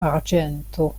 arĝento